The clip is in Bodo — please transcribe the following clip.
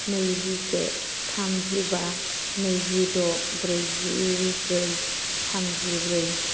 नैजिसे थामजिबा नैजिद' ब्रैजिब्रै थामजिब्रै